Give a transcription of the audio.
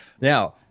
Now